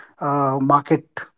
market